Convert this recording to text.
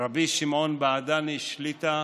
רבי שמעון בעדני שליט"א,